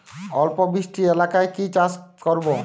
অল্প বৃষ্টি এলাকায় কি চাষ করব?